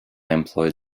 employed